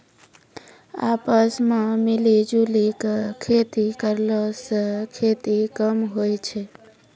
आपस मॅ मिली जुली क खेती करला स खेती कम होय छै